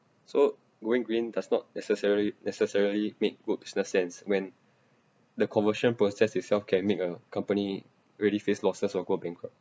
so going green does not necessarily necessarily make good business sense when the conversion process itself can make a company really face losses or going bankrupt